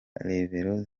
rebero